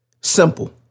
Simple